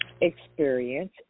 experience